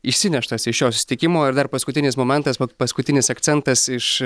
išsineštas iš šio susitikimo ir dar paskutinis momentas paskutinis akcentas iš